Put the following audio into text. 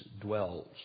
dwells